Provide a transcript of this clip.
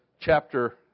chapter